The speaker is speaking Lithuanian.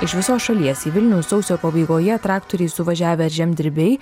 iš visos šalies į vilnių sausio pabaigoje traktoriais suvažiavę žemdirbiai